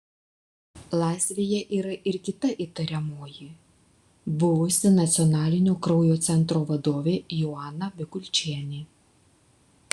laisvėje yra ir kita įtariamoji buvusi nacionalinio kraujo centro vadovė joana bikulčienė